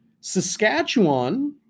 Saskatchewan